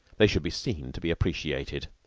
they should be seen to be appreciated.